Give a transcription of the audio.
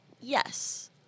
Yes